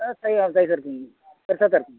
ஆ சை சைஸ் இருக்குதுங்க பெருசாக தான் இருக்குதுங்க